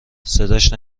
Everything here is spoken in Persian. صداش